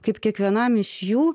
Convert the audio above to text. kaip kiekvienam iš jų